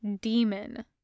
demon